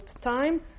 time